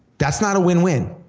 that's not a win-win.